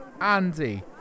Andy